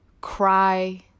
cry